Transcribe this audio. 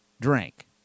drink